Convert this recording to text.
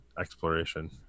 exploration